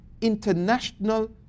international